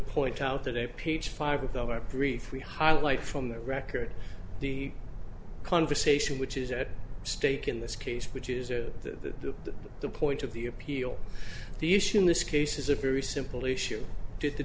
point out that a page five of those are three three highlights from the record the conversation which is at stake in this case which is the the point of the appeal the issue in this case is a very simple issue did the